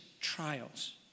trials